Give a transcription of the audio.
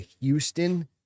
Houston